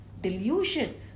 Delusion